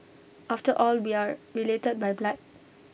after all we are related by blood